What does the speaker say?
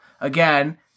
Again